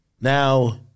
Now